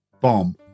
Bomb